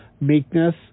meekness